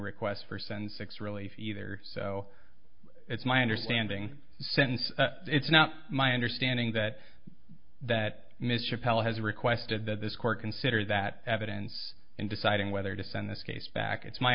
requests for sensex relief either so it's my understanding since it's now my understanding that that ms chapelle has requested that this court consider that evidence in deciding whether to send this case back it's my